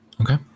Okay